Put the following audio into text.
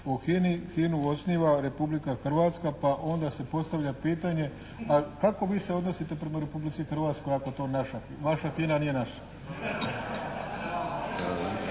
o HINA-i HINA-u osniva Republika Hrvatska pa onda se postavlja pitanje pa kako vi se odnosite prema Republici Hrvatskoj ako je to naša, vaša